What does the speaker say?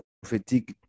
prophétique